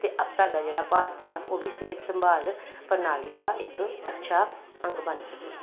ਅਤੇ ਆ ਸਾਡਾ ਜਿਹੜਾ ਭਾਰਤ ਹੈ ਉਹ ਵੀ ਸਿਹਤ ਸੰਭਾਲ ਪ੍ਰਣਾਲੀ ਦਾ ਇੱਕ ਅੱਛਾ ਅੰਗ ਬਣ ਸਕੇ